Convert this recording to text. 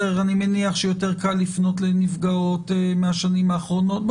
אני מניח שיותר קל לפנות לנפגעות מהשנים האחרונות.